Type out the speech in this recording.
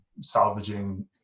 salvaging